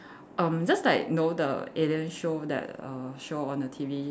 erm just like you know the alien show that err show on the T_V